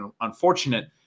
unfortunate